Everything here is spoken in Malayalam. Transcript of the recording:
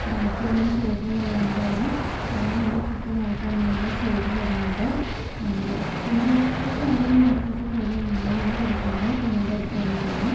ഡാറ്റയൊന്നും ചോർന്നു പോകാതെ തന്നെ എല്ലാം നല്ല കൃത്യമായിട്ട് തന്നെയാണ് ചെയ്തു തരുന്നത് എൻ്റെ എപ്പോൾ ഫോണും ലാപ്ടോപ്പും കേടു വന്നാലും ഞാൻ കൊടുക്കുന്നത് ഇവന്റെ അടുത്ത് തന്നെയാണ്